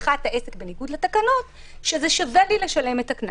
פתיחת העסק בניגוד לתקנות ששווה לי לשלם את הקנס.